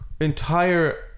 entire